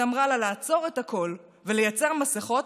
שאמרה לה לעצור את הכול ולייצר מסכות,